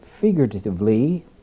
figuratively